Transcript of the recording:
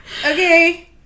okay